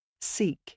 Seek